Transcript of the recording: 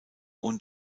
und